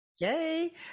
Yay